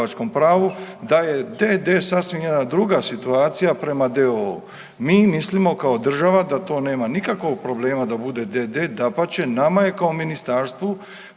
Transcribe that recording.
da je d.d. sasvim jedna druga situacija prema d.o.o. Mi mislimo kao država da to nema nikakvog problema da bude d.d., dapače nama je kao ministarstvu